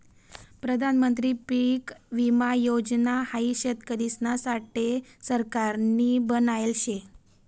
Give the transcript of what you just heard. प्रधानमंत्री पीक विमा योजना हाई शेतकरिसना साठे सरकारनी बनायले शे